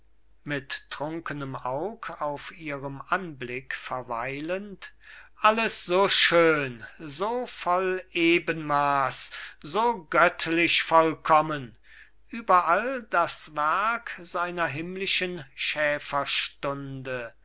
mit trunkenem aug auf ihrem anblick verweilend alles so schön so voll ebenmaß so göttlich vollkommen überall das werk seiner himmlischen